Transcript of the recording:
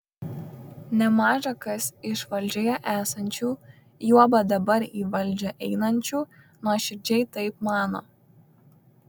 nemaža kas iš valdžioje esančių juoba dabar į valdžią einančių nuoširdžiai taip mano